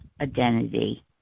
identity